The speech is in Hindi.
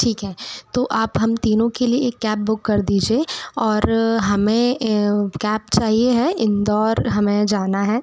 ठीक है तो आप हम तीनों के लिए एक कैब बुक कर दीजिये और हमें कैप चाहिए है इंदौर हमें जाना है